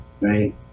right